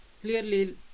clearly